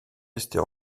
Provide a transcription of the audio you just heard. rester